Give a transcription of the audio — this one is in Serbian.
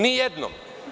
Nijednom.